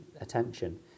attention